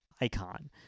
icon